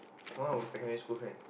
one of her secondary school friend